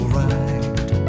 right